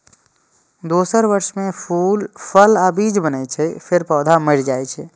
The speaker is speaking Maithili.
दोसर वर्ष मे फूल, फल आ बीज बनै छै, फेर पौधा मरि जाइ छै